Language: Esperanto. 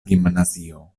gimnazio